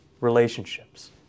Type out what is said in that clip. relationships